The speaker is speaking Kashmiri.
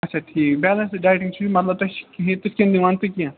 آچھا ٹھیٖک بیلَنسٕڈ ڈایِٹِنٛگ چھِ مطلب تۄہہِ چھِ یہِ کِتھ کٔنۍ نِوان تُہۍ کیٚنٛہہ